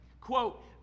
quote